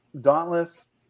Dauntless